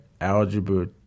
Algebra